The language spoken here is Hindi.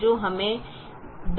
जो हमें 246 देगा